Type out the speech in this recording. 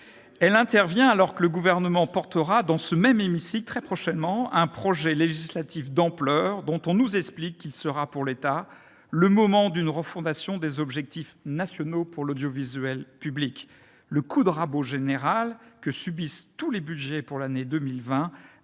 Elle intervient alors que le Gouvernement nous soumettra très prochainement un projet de loi d'ampleur, dont on nous explique qu'il sera pour l'État le moment d'une refondation des objectifs nationaux pour l'audiovisuel public. Le coup de rabot général que subissent tous les budgets pour l'année 2020